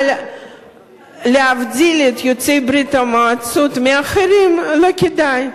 אבל להבדיל את יוצאי ברית-המועצות מאחרים לא כדאי.